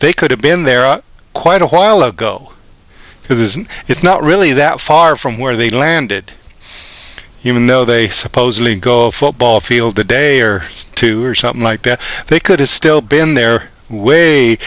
they could have been there quite a while ago because it's not really that far from where they landed he even though they supposedly go a football field a day or two or something like that they could have still been there way